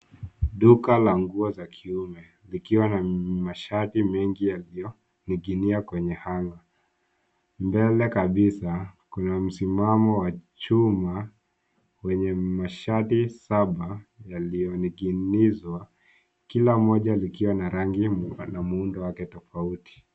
Duka la nguo za kiume likiwa na mashati mengi yaliyoning'inia kwenye hunger . Mbele kabisa kuna msimamo wa chuma wenye mashati saba yaliyoning'inizwa kila moja likiwa na rangi na muundo wake tofauti.